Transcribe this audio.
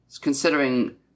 considering